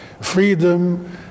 freedom